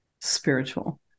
spiritual